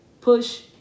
push